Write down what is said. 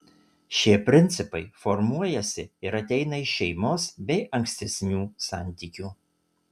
šie principai formuojasi ir ateina iš šeimos bei ankstesnių santykių